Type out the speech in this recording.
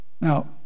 Now